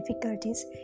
difficulties